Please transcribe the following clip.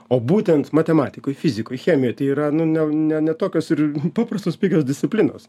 o būtent matematikoj fizikoj chemijoj tai yra nu ne ne ne tokios ir paprastos pigios disciplinos